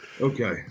Okay